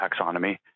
taxonomy